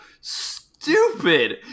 stupid